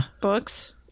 Books